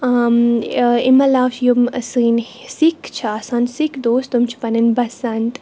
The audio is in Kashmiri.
امہِ علاوٕ چھِ یِم سٲنۍ سِکھ چھِ آسان سِکھ دوس تِم چھِ پَنٕنۍ بَسَنٛت